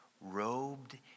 robed